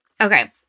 Okay